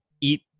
eat